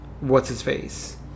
what's-his-face